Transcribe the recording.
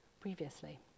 previously